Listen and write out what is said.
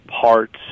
parts